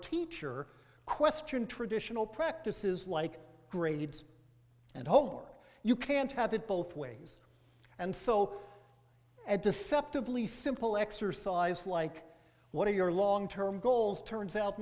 teacher question traditional practices like grades and homework you can't have it both ways and so at deceptively simple exercise like what are your long term goals turns out